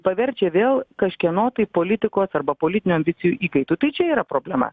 paverčia vėl kažkieno tai politikos arba politinių ambicijų įkaitu tai čia yra problema